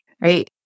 right